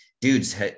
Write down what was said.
dudes